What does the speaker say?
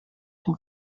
den